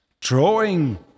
drawing